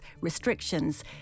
restrictions